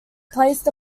placed